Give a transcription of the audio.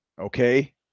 Okay